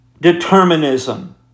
determinism